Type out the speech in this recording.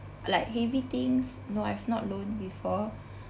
like heavy things no I've not loaned before